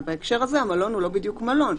אבל בהקשר הזה המלון הוא לא בדיוק מלון.